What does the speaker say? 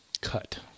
Cut